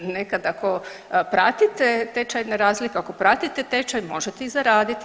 Nekad ako pratite tečajne razlike, ako pratite tečaj možete i zaraditi.